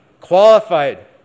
qualified